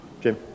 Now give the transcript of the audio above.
Jim